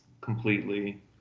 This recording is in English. completely